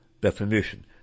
definition